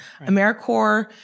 AmeriCorps